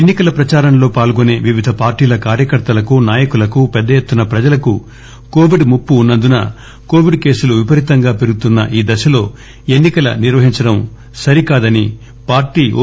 ఎన్నికల ప్రచారంలో పాల్గొసే వివిధ పార్టీల కార్యకర్తలకు నాయకులకు పెద్ద ఎత్తున ప్రజలకు కోవిడ్ ముప్పు వున్న ందున కోవిడ్ కేసులు విపరీతంగా పెరుగుతున్న ఈ దశలో ఎన్నికల నిర్వహించడం సరికాదని పార్టీ ఓ